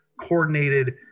coordinated